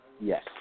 Yes